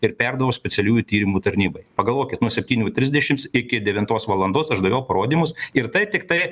ir perdaviau specialiųjų tyrimų tarnybai pagalvokit nuo septynių trisdešims iki devintos valandos aš daviau parodymus ir tai tiktai